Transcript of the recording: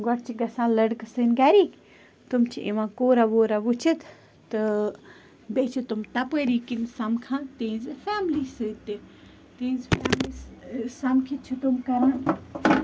گۄڈٕ چھِ گژھان لَڑکہٕ سٔنٛدۍ گَرِکۍ تِم چھِ یِوان کوٗرا ووٗرا وُچھِتھ تہٕ بیٚیہِ چھِ تِم تَپٲری کِنۍ سَمکھان تِہِنٛزِ فیملی سۭتۍ تہِ تِہٕنٛز فیملی سَمکِتھ چھِ تِم کران